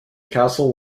castle